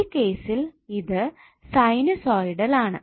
ഈ കേസിൽ ഇത് സൈനുസോയിടൽ ആണ്